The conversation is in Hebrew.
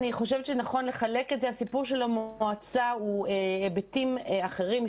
אני חושבת שנכון לחלק את הסיפור של המועצה לכמה היבטים אחרים,